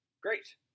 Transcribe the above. Great